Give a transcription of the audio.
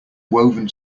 woven